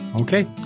Okay